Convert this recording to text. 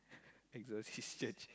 exorcist church